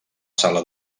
sala